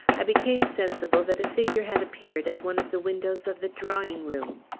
i became sensible that a figure had appeared at one of the windows of the drawing-room.